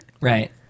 Right